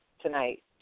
tonight